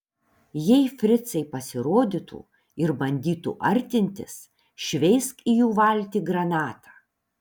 jei fricai pasirodytų ir bandytų artintis šveisk į jų valtį granatą